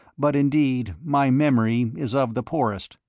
but indeed my memory is of the poorest.